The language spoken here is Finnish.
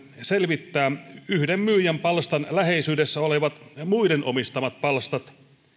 selvittää yhden myyjän palstan läheisyydessä olevat muiden omistamat palstat